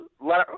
let